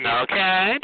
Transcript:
okay